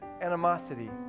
animosity